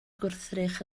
gwrthrych